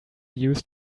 used